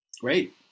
Great